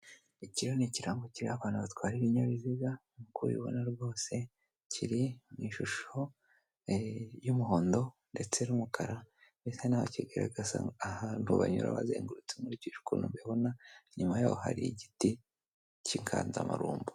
Iki rero ni ikirango kiriho abantu batwara ibinyabiziga uko ubibona rwose, kiri mu ishusho y'umuhondo ndetse n'umukara bisa naho kigaragaza ahantu banyura bazengurutse nkurikije ukuntu mbibona, inyuma yaho hari igiti k'inganzamarumbo.